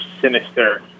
sinister